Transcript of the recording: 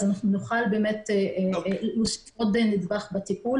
אז נוכל לעשות עוד נדבך בטיפול.